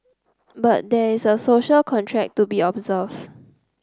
but there is a social contract to be observed